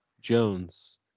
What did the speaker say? Jones